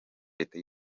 leta